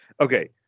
Okay